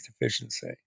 deficiency